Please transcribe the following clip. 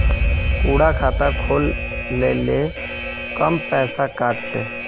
कुंडा खाता खोल ले कम पैसा काट छे?